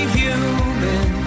human